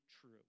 true